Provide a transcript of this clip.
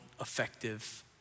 effective